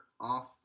off